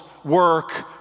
Work